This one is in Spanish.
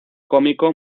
cómico